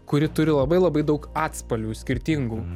kuri turi labai labai daug atspalvių skirtingų